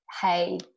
hey